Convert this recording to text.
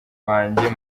bajye